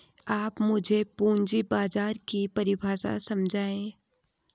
आप मुझे पूंजी बाजार की परिभाषा समझाइए